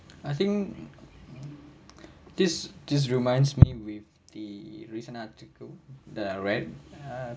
I think this this reminds me with the recent article that I read